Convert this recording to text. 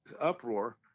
uproar